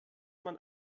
man